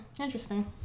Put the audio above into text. interesting